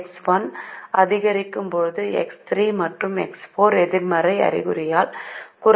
X1 அதிகரிக்கும் போது X3 மற்றும் X4 எதிர்மறை அறிகுறியால் குறைய தொடங்குகிறது